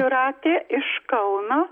jūratė iš kauno